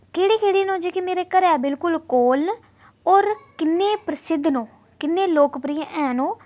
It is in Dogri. केह्ड़े केह्ड़े न ओह् जेह्के मेरे घरै दे बिल्कुल कोल न और किन्ने प्रसिद्ध न ओह् किन्ने लोकप्रिय हैन ओह्